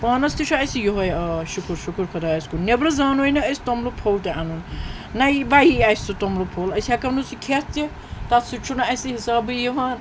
پانَس تہِ چھُ اسہِ یِہوے آ شکر شکر خۄدایَس کُن نیٚبرٕ زانوٕے نہٕ أسۍ توٚملہٕ پھوٚل تہِ اَنُن نَہ یی وَیی آسہِ سُہ توٚملہٕ پھوٚل أسۍ ہیٚکو نہٕ سُہ کھیٚتھ تہِ تَتھ سۭتۍ چھُنہٕ اسہِ حِسابٕے یِوان